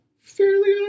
fairly